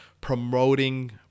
promoting